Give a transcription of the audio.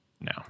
No